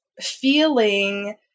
feeling